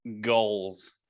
Goals